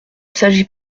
s’agit